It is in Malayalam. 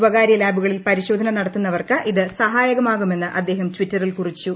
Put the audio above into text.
സ്വക്ടരൃലാബുകളിൽ പരിശോധന നടത്തുന്നവർക്ക് ഇത് സഹായ്ക്രമാകുമെന്ന് അദ്ദേഹം ടിറ്ററിൽ കുറിച്ചു